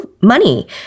money